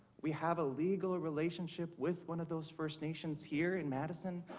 we have a legal relationship with one of those first nations here in madison.